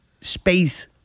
space